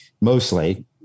mostly